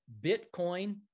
bitcoin